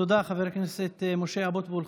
תודה, חבר הכנסת משה אבוטבול.